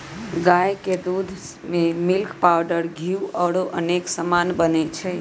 गाई के दूध से मिल्क पाउडर घीउ औरो अनेक समान बनै छइ